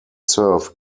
served